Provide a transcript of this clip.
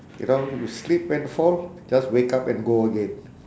you know you slip and fall just wake up and go again